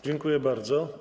Dziękuję bardzo.